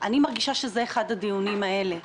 אני מרגישה שזה אחד הדיונים האלה.